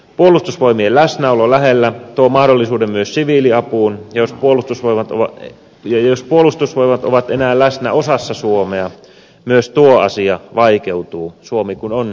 puolustusvoimien läsnäolo lähellä tuo mahdollisuuden myös siviiliapuun ja jos puolustusvoimat ovat enää läsnä vain osassa suomea myös tuo asia vaikeutuu suomi kun on suuri maa